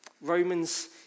Romans